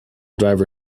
driver